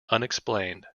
unexplained